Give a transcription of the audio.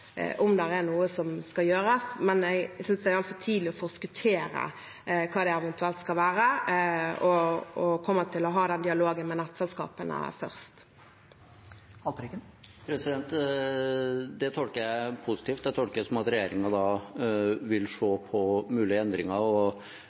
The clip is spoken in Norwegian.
om det er noe som skal gjøres, men jeg synes det er altfor tidlig å forskuttere hva det eventuelt skal være, og kommer til å ha den dialogen med nettselskapene først. Det tolker jeg positivt. Jeg tolker det som at regjeringen vil se på mulige endringer, og det er naturlig at man har kontakt med nettselskapene. Da